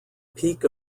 peak